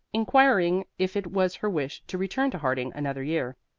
inquiring if it was her wish to return to harding another year,